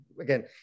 again